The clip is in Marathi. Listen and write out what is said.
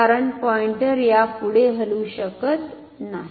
कारण पॉईंटर यापुढे हलू शकत नाही